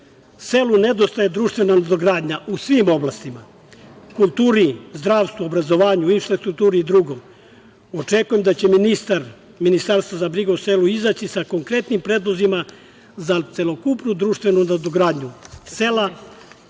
selu. Selu nedostaje društvena nadogradnja u svim oblastima, kulturi, zdravstvu, obrazovanju, infrastrukturi i dr. Očekujem da će ministar Ministarstva za brigu o selu izaći sa konkretnim predlozima za celokupnu društvenu nadogradnju